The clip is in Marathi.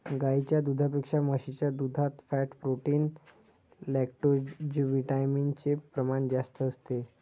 गाईच्या दुधापेक्षा म्हशीच्या दुधात फॅट, प्रोटीन, लैक्टोजविटामिन चे प्रमाण जास्त असते